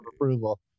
approval